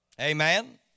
Amen